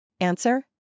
Answer